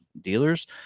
dealers